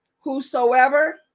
Whosoever